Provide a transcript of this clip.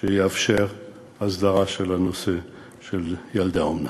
שיאפשר הסדרה של הנושא של ילדי האומנה.